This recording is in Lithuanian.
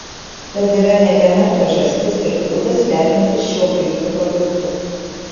tad yra ne viena priežastis ir būdas lepintis šiuo puikiu produktu